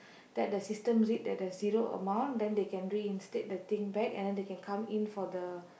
let the system read that there's zero amount then they can reinstate the thing back and then they can come in for the